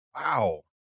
Wow